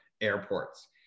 airports